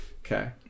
Okay